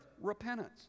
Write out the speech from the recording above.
repentance